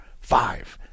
five